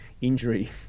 Injury